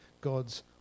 God's